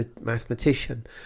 mathematician